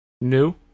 New